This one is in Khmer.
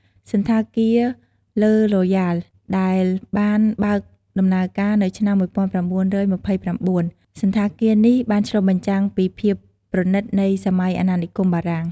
សណ្ឋាគារ ឡឺ រូយ៉ាល់ ដែលបានបើកដំណើរការនៅឆ្នាំ ១៩២៩ សណ្ឋាគារនេះបានឆ្លុះបញ្ចាំងពីភាពប្រណីតនៃសម័យអាណានិគមបារាំង។